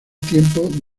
tiempo